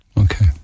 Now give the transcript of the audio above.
Okay